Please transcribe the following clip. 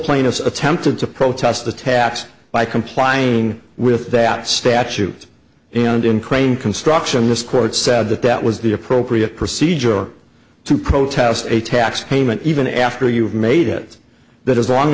plaintiffs attempted to protest the tax by complying with that statute and in crane construction this court said that that was the appropriate procedure to protest a tax payment even after you have made it that as long